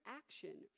action